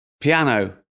piano